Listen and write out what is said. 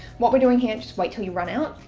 what we're doing here just wait till you run out,